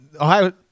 Ohio